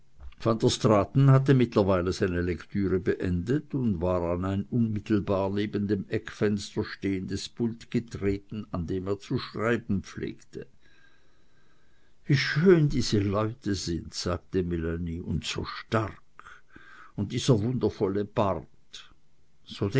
hatte mittlerweile seine lektüre beendet und war an ein unmittelbar neben dem eckfenster stehendes pult getreten an dem er zu schreiben pflegte wie schön diese leute sind sagte melanie und so stark und dieser wundervolle bart